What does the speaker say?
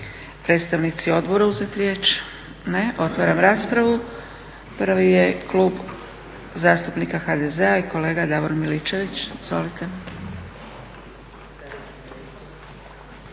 predstavnici odbora uzeti riječ? Ne. Otvaram raspravu. Prvi je Klub zastupnika HDZ-a i kolega Davor Miličević. Izvolite.